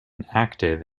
active